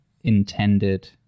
intended